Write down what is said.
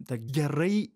ta gerai